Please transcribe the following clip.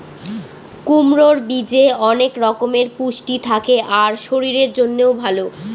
কুমড়োর বীজে অনেক রকমের পুষ্টি থাকে আর শরীরের জন্যও ভালো